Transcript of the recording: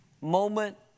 moment